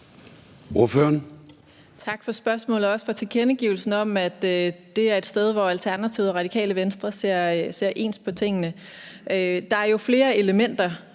Tak for spørgsmålet, og tak for tilkendegivelsen af, at det er et sted, hvor Alternativet og Radikale Venstre ser ens på tingene. Der er jo flere elementer.